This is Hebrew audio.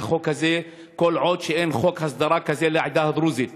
החוק הזה כל עוד אין חוק הסדרה כזה לעדה הדרוזית.